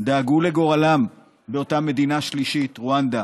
דאגו לגורלם באותה מדינה שלישית, רואנדה.